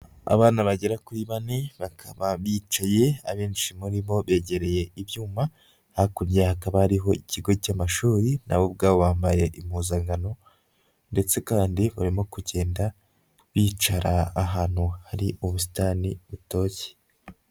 Abana bagera kuri bane bakaba bicaye. Abenshi muri bo begereye ibyuma. Hakurya hakaba hariho ikigo cy'amashuri. Na bo ubwabo bambaye impuzankano ndetse kandi barimo kugenda bicara ahantu hari ubusitani butoshye.